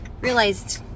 realized